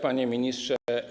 Panie Ministrze!